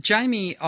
Jamie